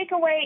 takeaway